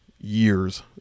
years